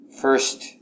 first